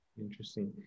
interesting